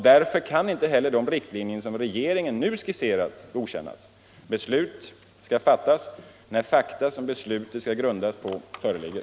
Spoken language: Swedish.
Därför kan inte heller de riktlinjer som regeringen nu har skisserat godkännas. Beslut skall fattas när fakta som beslutet skall grundas på föreligger.